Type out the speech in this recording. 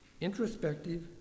Introspective